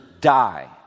die